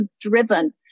driven